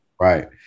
right